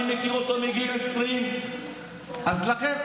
אני מכיר אותו מגיל 20. לכן,